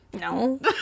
No